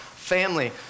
family